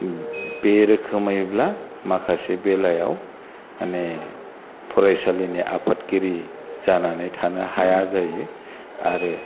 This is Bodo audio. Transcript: बे रोखोमैब्ला माखासे बेलायाव मानि फरायसालिनि आफादगिरि जानानै थानो हाया जायो आरो